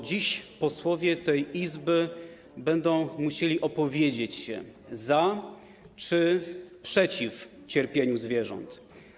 Dziś posłowie tej Izby będą musieli opowiedzieć się: za cierpieniem czy przeciw cierpieniu zwierząt.